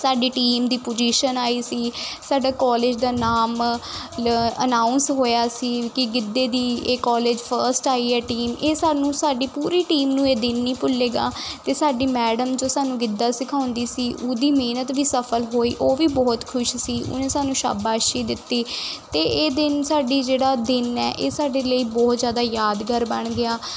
ਸਾਡੀ ਟੀਮ ਦੀ ਪੁਜ਼ੀਸ਼ਨ ਆਈ ਸੀ ਸਾਡੇ ਕਾਲਜ ਦਾ ਨਾਮ ਅਨਾਊਂਸ ਹੋਇਆ ਸੀ ਕਿ ਗਿੱਧੇ ਦੀ ਇਹ ਕਾਲਜ ਫਸਟ ਆਈ ਹੈ ਟੀਮ ਇਹ ਸਾਨੂੰ ਸਾਡੀ ਪੂਰੀ ਟੀਮ ਨੂੰ ਇਹ ਦਿਨ ਨਹੀਂ ਭੁੱਲੇਗਾ ਅਤੇ ਸਾਡੀ ਮੈਡਮ ਜੋ ਸਾਨੂੰ ਗਿੱਧਾ ਸਿਖਾਉਂਦੀ ਸੀ ਉਹਦੀ ਮਿਹਨਤ ਵੀ ਸਫਲ ਹੋਈ ਉਹ ਵੀ ਬਹੁਤ ਖੁਸ਼ ਸੀ ਉਹਨੇ ਸਾਨੂੰ ਸ਼ਾਬਾਸ਼ੀ ਦਿੱਤੀ ਅਤੇ ਇਹ ਦਿਨ ਸਾਡਾ ਜਿਹੜਾ ਦਿਨ ਹੈ ਇਹ ਸਾਡੇ ਲਈ ਬਹੁਤ ਜ਼ਿਆਦਾ ਯਾਦਗਾਰ ਬਣ ਗਿਆ